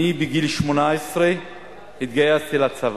בגיל 18 התגייסתי לצבא.